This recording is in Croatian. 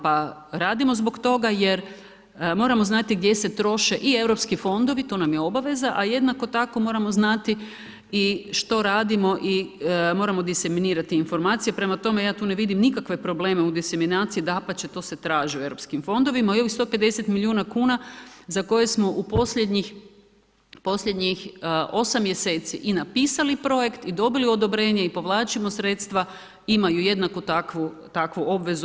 Par radimo zbog toga jer moramo znati gdje se troše i europski fondovi, to nam je obaveza, a jednako tako moramo znati i što radimo i moramo ... informacije, prema tome, ja tu ne vidim nikakve probleme u, ... dapače to se traži u europskim fondovima i ovih 150 milijuna kuna za koje smo u posljednjih 8 mjeseci i napisali projekt i dobili odobrenje i povlačimo sredstva imaju jednako takvu obvezu.